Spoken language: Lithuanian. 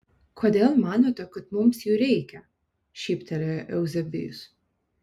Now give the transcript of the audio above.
kodėl manote kad mums jų reikia šyptelėjo euzebijus